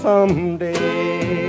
Someday